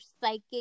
psychic